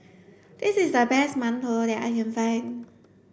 this is the best mantou that I can find